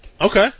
Okay